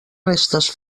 restes